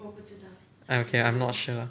ah okay I'm not sure